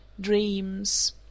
Dreams